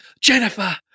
Jennifer